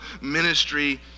ministry